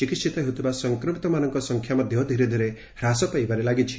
ଚିକିିିିତ ହେଉଥିବା ସଂକ୍ରମିତମାନଙ୍କ ସଂଖ୍ୟା ମଧ୍ଧ ଧୀରେଧୀରେ ହ୍ରାସ ପାଇବାରେ ଲାଗିଛି